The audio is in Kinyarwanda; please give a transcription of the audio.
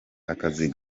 akazi